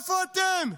איפה אתם?